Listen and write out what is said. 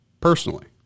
personally